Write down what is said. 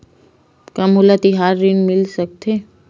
का मोला तिहार ऋण मिल सकथे?